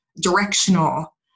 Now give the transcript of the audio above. directional